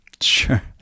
Sure